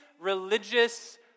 Religious